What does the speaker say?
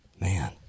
Man